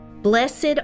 Blessed